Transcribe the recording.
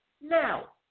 Now